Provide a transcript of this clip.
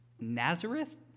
Nazareth